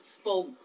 spoke